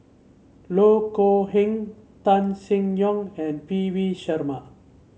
Loh Kok Heng Tan Seng Yong and P V Sharma